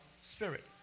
spirit